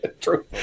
True